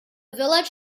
village